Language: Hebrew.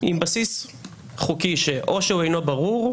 עם בסיס חוקי שאינו ברור,